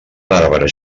arbres